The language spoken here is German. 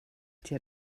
dir